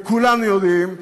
וכולנו יודעים,